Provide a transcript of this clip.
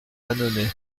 annonay